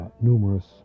numerous